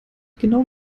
genau